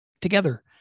together